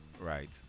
Right